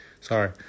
Sorry